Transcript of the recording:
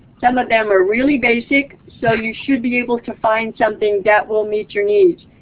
some of them are really basic. so you should be able to find something that will meet your needs.